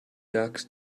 ducks